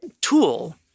tool